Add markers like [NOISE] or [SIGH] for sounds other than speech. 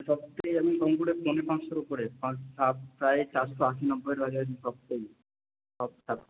সব বিষয়ে আমি কম করে পৌনে পাঁচশোর উপরে [UNINTELLIGIBLE] প্রায় চারশো আশি নব্বইএর কাছাকাছি [UNINTELLIGIBLE] সব সাবজেক্টে